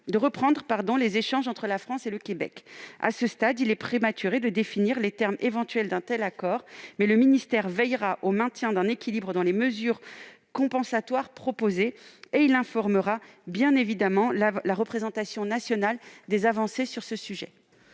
de reprendre les échanges entre la France et le Québec. À ce stade, il est prématuré de définir les termes éventuels d'un tel accord, mais le ministère veillera au maintien d'un équilibre dans les mesures compensatoires proposées. Il informera bien évidemment la représentation nationale des avancées sur ce sujet.